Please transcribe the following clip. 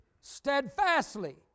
steadfastly